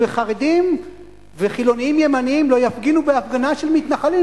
וחרדים וחילונים ימניים לא יפגינו בהפגנה של מתנחלים,